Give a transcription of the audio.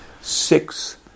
six